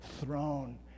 throne